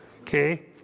Okay